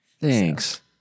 Thanks